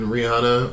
Rihanna